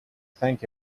thank